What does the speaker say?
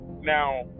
Now